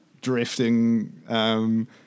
drifting